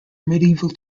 medieval